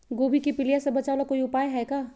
गोभी के पीलिया से बचाव ला कोई उपाय है का?